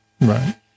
Right